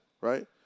Right